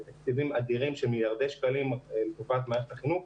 אלה תקציבים אדירים בסכום של מיליארדי שקלים לטובת מערכת החינוך.